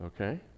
Okay